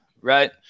right